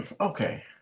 okay